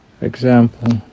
Example